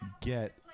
get